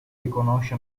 riconosce